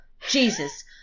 Jesus